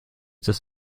das